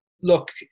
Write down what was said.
Look